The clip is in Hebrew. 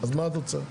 אז מה את רוצה?